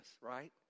right